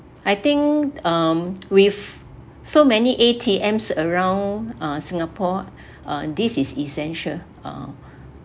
I think um with so many A_T_M around uh singapore uh this is essential uh